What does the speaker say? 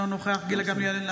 אינו נוכח גילה גמליאל,